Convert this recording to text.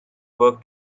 work